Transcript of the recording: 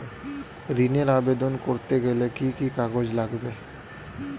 ঋণের আবেদন করতে গেলে কি কি কাগজ লাগে?